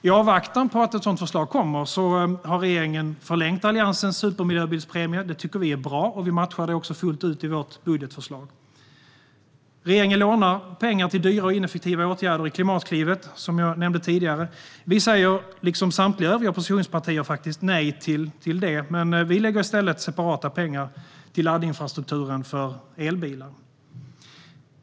I väntan på att ett sådant förslag kommer har regeringen förlängt Alliansens supermiljöbilspremie. Det tycker vi är bra; vi matchar det också fullt ut i vårt budgetförslag. Regeringen lånar pengar till dyra och ineffektiva åtgärder i Klimatklivet, som jag nämnde tidigare. Vi säger liksom samtliga övriga oppositionspartier nej till det. Vi lägger i stället separata pengar på laddinfrastrukturen för elbilar.